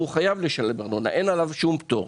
והם חייבים לשלם ארנונה; אין עליהם שום פטור.